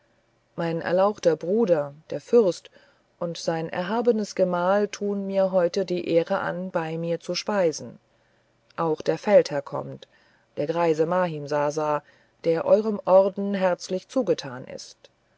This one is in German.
mein erlauchter bruder der fürst und sein erhabenes gemahl tun mir heute die ehre an bei mir zu speisen auch der feldherr kommt der greise mahimsasa der eurem orden herzlich zugetan ist